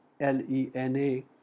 L-E-N-A